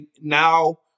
now